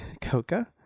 Coca